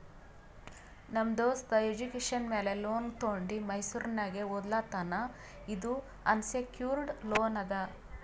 ನಮ್ ದೋಸ್ತ ಎಜುಕೇಷನ್ ಮ್ಯಾಲ ಲೋನ್ ತೊಂಡಿ ಮೈಸೂರ್ನಾಗ್ ಓದ್ಲಾತಾನ್ ಇದು ಅನ್ಸೆಕ್ಯೂರ್ಡ್ ಲೋನ್ ಅದಾ